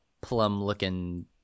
plum-looking